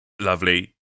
Lovely